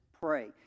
pray